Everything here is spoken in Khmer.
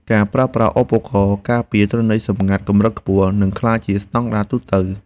ការប្រើប្រាស់ឧបករណ៍ការពារទិន្នន័យសម្ងាត់កម្រិតខ្ពស់ នឹងក្លាយជាស្ដង់ដារទូទៅ។